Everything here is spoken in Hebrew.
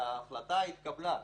והתקבלה החלטה,